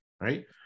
right